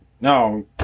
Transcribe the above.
No